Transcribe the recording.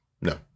No